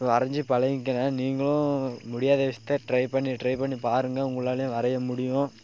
வரைஞ்சி பழகிக்கினேன் நீங்களும் முடியாத விஷயத்த ட்ரை பண்ணி ட்ரை பண்ணி பாருங்கள் உங்களாலேயும் வரைய முடியும்